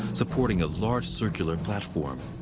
supporting a large circular platform.